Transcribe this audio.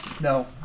No